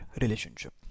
relationship